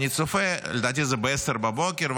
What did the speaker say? לדעתי זה ב-10:00,